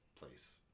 place